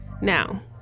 Now